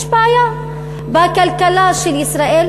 יש בעיה בכלכלה של ישראל,